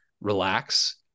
relax